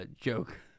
joke